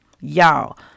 Y'all